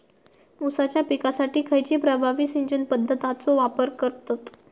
ऊसाच्या पिकासाठी खैयची प्रभावी सिंचन पद्धताचो वापर करतत?